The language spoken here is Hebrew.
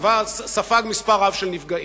הוא ספג מספר רב של נפגעים.